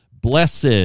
Blessed